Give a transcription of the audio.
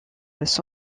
los